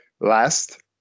last